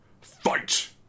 fight